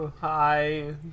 hi